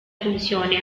funzione